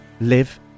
live